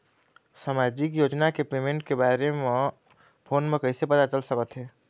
सामाजिक योजना के पेमेंट के बारे म फ़ोन म कइसे पता चल सकत हे?